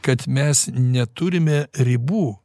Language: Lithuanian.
kad mes neturime ribų